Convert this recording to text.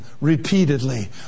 repeatedly